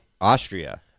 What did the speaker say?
Austria